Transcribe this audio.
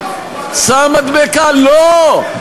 שם מדבקה, לא.